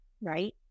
right